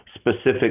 specific